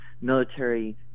military